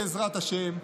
בעזרת השם,